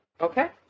Okay